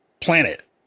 planet